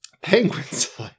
Penguin's